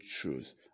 truth